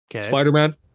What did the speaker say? Spider-Man